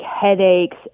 headaches